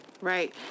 Right